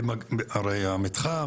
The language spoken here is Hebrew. מתחם